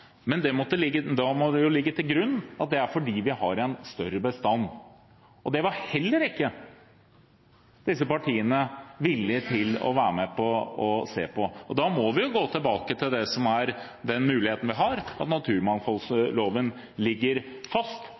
men da må vi legge til grunn at det er fordi vi har en større bestand. Det var heller ikke disse partiene villig til å være med på å se på. Da må vi jo gå tilbake til det som er den muligheten vi har, at naturmangfoldloven ligger fast,